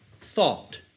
thought